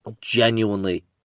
genuinely